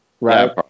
Right